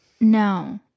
No